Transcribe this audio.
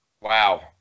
Wow